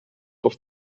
auf